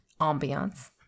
ambiance